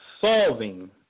solving